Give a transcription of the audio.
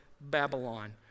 Babylon